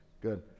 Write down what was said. Good